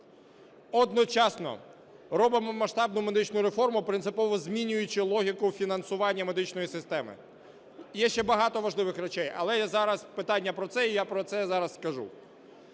одночасно робимо масштабну медичну реформу, принципово змінюючи логіку фінансування медичної системи. І є ще багато важливих речей. Але зараз питання про це, і я про це зараз скажу.